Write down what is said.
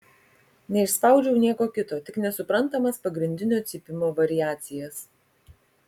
neišspaudžiau nieko kito tik nesuprantamas pagrindinio cypimo variacijas